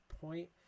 point